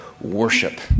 worship